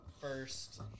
first